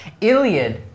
Iliad